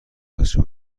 بچه